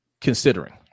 considering